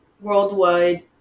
worldwide